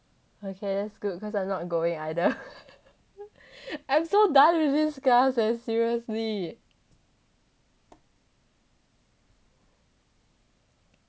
okay that's good cause I'm not going either I'm so done with this class eh seriously